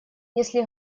если